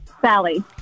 Sally